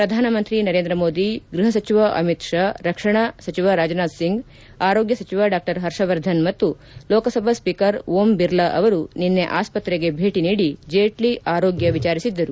ಪ್ರಧಾನಮಂತ್ರಿ ನರೇಂದ್ರ ಮೋದಿ ಗೃಹ ಸಚಿವ ಅಮಿತ್ ಷಾ ರಕ್ಷಣಾ ಸಚಿವ ರಾಜನಾಥ್ ಸಿಂಗ್ ಆರೋಗ್ಯ ಸಚಿವ ಡಾ ಹರ್ಷವರ್ಧನ್ ಮತ್ತು ಲೋಕಸಭಾ ಸ್ವೀಕರ್ ಓಂ ಬಿರ್ಲಾ ಅವರು ನಿನ್ನೆ ಆಸ್ವತ್ರೆಗೆ ಭೇಟಿ ನೀಡಿ ಜೇಟ್ಲ ಆರೋಗ್ಡ ವಿಚಾರಿಸಿದ್ದರು